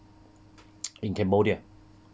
in cambodia